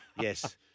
yes